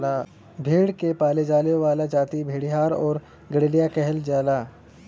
भेड़ के पाले वाला जाति भेड़ीहार आउर गड़ेरिया कहल जाला